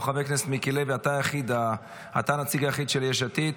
חבר הכנסת מיקי לוי, אתה הנציג היחיד של יש עתיד.